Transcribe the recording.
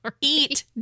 Eat